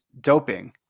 doping